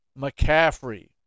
McCaffrey